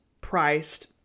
priced